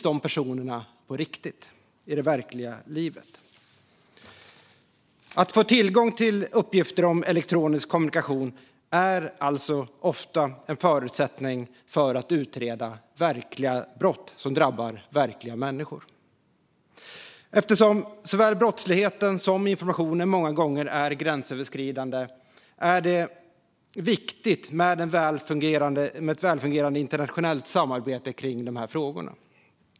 De personerna finns på riktigt i det verkliga livet. Att få tillgång till uppgifter om elektronisk kommunikation är alltså ofta en förutsättning för att utreda verkliga brott som drabbar verkliga människor. Eftersom såväl brottsligheten som informationen många gånger är gränsöverskridande är det viktigt med ett välfungerande internationellt samarbete kring dessa frågor.